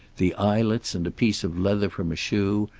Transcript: the eyelets and a piece of leather from a shoe,